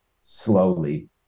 slowly